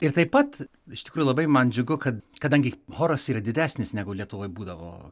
ir taip pat iš tikrųjų labai man džiugu kad kadangi choras yra didesnis negu lietuvoj būdavo